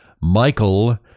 Michael